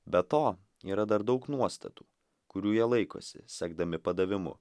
be to yra dar daug nuostatų kurių jie laikosi sekdami padavimu